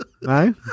no